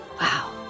Wow